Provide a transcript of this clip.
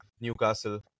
Newcastle